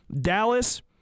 Dallas